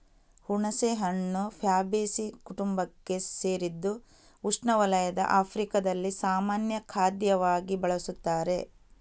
ಹುಣಸೆಹಣ್ಣು ಫ್ಯಾಬೇಸೀ ಕುಟುಂಬಕ್ಕೆ ಸೇರಿದ್ದು ಉಷ್ಣವಲಯದ ಆಫ್ರಿಕಾದಲ್ಲಿ ಸಾಮಾನ್ಯ ಖಾದ್ಯವಾಗಿ ಬಳಸುತ್ತಾರೆ